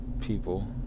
people